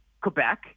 Quebec